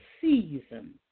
season